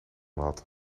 had